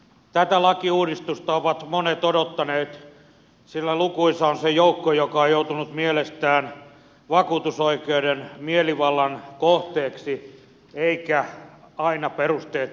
tätä lakiuudistusta ovat monet odottaneet sillä lukuisa on se joukko joka on joutunut mielestään vakuutusoikeuden mielivallan kohteeksi eikä aina perusteettomasti